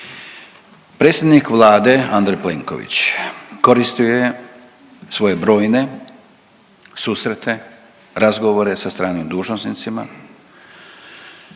Predsjednik Vlade Andrej Plenković koristio je svoje brojne susrete, razgovore sa stranim dužnosnicima,